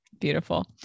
beautiful